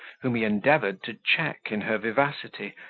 whom he endeavoured to check in her vivacity,